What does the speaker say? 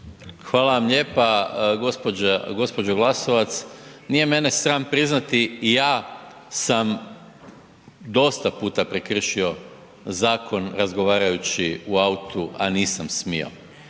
Hvala vam lijepa. Gospođo Glasovac, nije mene sram priznati ja sam dosta puta prekršio zakon razgovarajući u autu, a nisam smio,